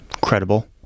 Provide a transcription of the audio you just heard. credible